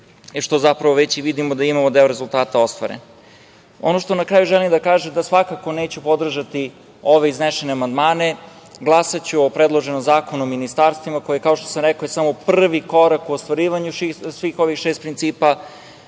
što zapravo već vidimo da imamo deo rezultata ostvaren. Ono što na kraju želim da kažem da svakako neću podržati ove iznesene amandmane. Glasaću o predloženom Zakonu o ministarstvima koji je, kao što sam rekao, samo prvi korak u ostvarivanju svih ovih šest principa,